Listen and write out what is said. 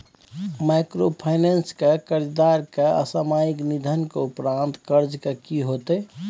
Microfinance के कर्जदार के असामयिक निधन के उपरांत कर्ज के की होतै?